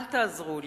אל תעזרו לי.